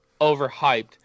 overhyped